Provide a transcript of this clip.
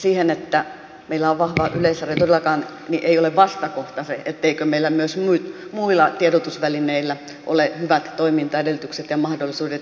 sille että meillä on vahva yleisradio ei todellakaan ole vastakohta se etteikö meillä myös muilla tiedotusvälineillä ole hyvät toimintaedellytykset ja mahdollisuudet